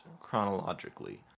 chronologically